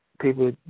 people